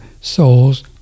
souls